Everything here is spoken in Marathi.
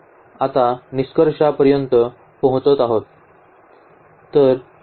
तर आता निष्कर्षापर्यंत पोहोचत आहे